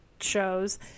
shows